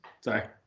Sorry